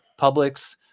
Publix